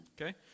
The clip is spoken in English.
Okay